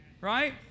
Right